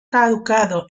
caducado